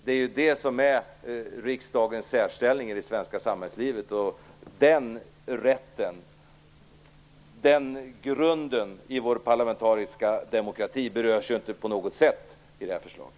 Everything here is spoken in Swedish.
Det är det som är riksdagens särställning i det svenska samhällslivet, och den rätten, den grunden i vår parlamentariska demokrati, berörs inte på något sätt av det här förslaget.